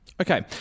Okay